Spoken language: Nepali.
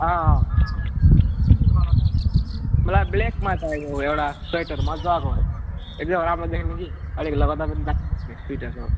अँ अँ अँ मलाई ब्ल्याकमा चाहिएको एउटा स्विटर मजाको एकदमै राम्रो देखिनु नि अलिक लगाउँदा पनि दामी त्यो स्विटरको